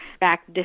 back